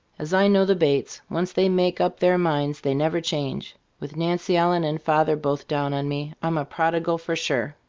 as i know the bates, once they make up their minds, they never change. with nancy ellen and father both down on me, i'm a prodigal for sure.